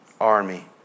army